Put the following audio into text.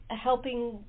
helping